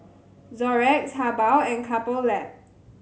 Xorex Habhal and Couple Lab